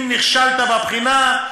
אם נכשלת בבחינה,